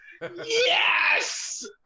Yes